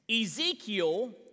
Ezekiel